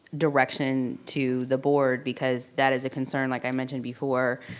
direction to the board, because that is a concern like i mentioned before,